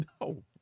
No